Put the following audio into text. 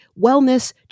wellness